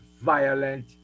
violent